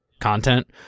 content